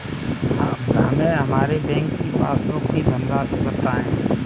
हमें हमारे बैंक की पासबुक की धन राशि बताइए